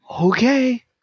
Okay